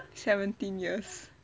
seventeen years